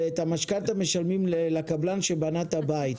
ואת המשכנתא משלמים לקבלן שבנה את הבית.